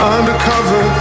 Undercover